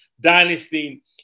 dynasty